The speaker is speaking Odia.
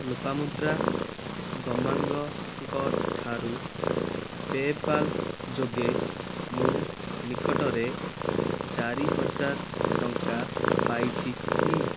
ଲୋପାମୁଦ୍ରା ଗମାଙ୍ଗଙ୍କଠାରୁ ପେପାଲ୍ ଯୋଗେ ମୁଁ ନିକଟରେ ଚାରି ହଜାର ଟଙ୍କା ପାଇଛି କି